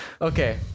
Okay